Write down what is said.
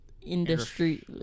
industry